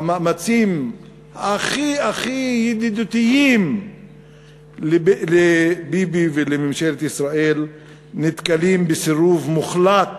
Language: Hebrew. המאמצים הכי הכי ידידותיים לביבי ולממשלת ישראל נתקלים בסירוב מוחלט.